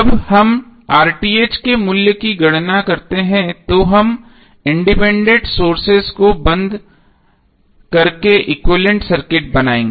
जब हम के मूल्य की गणना करते हैं तो हम इंडिपेंडेंट सोर्सेस को बंद करके एक्विवैलेन्ट सर्किट बनाएंगे